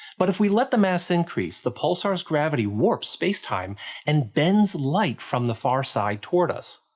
but if we let the mass increase, the pulsar's gravity warps space-time and bends light from the far side toward us.